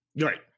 Right